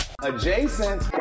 Adjacent